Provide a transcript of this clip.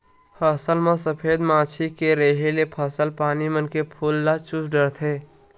फसल म सफेद मांछी के रेहे ले फसल पानी मन के फूल ल चूस डरथे